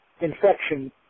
infection